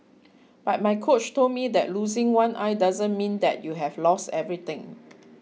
but my coach told me that losing one eye doesn't mean that you've lost everything